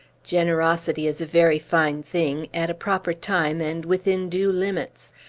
generosity is a very fine thing, at a proper time and within due limits.